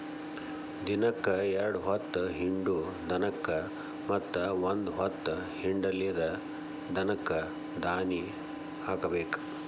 ದಿನಕ್ಕ ಎರ್ಡ್ ಹೊತ್ತ ಹಿಂಡು ದನಕ್ಕ ಮತ್ತ ಒಂದ ಹೊತ್ತ ಹಿಂಡಲಿದ ದನಕ್ಕ ದಾನಿ ಹಾಕಬೇಕ